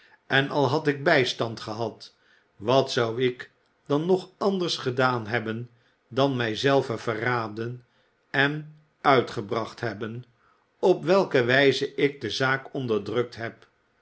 en al had ik bijstand gehad wat zou ik dan nog anders gedaan hebben dan mij zelven verraden en uitgebracht hebben op welke wijze ik de zaak onderdrukt heb